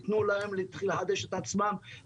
תתנו להם לחדש את עצמם.